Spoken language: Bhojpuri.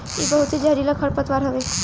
इ बहुते जहरीला खरपतवार हवे